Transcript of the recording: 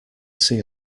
see